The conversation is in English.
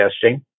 testing